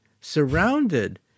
Surrounded